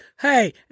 Hey